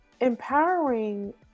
empowering